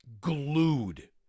glued